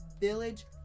village